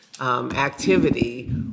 activity